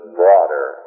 broader